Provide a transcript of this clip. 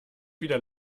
wieder